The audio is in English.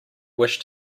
wish